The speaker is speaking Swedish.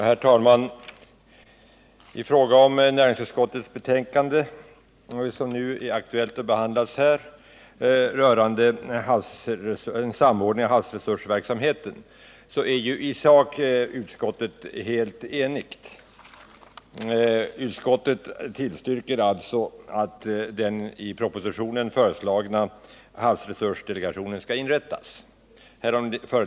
Herr talman! I fråga om det betänkande från näringsutskottet som nu är aktuellt att behandla och som rör en samordning av havsresursverksamheten är utskottet i sak enigt. Utskottet tillstyrker alltså att den i propositionen föreslagna havsresursdelegationen inrättas.